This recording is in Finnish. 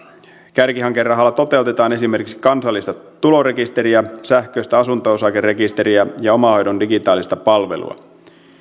kärkihankerahalla toteutetaan esimerkiksi kansallista tulorekisteriä sähköistä asunto osakerekisteriä ja omahoidon digitaalista palvelua